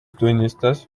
tunnistas